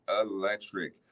electric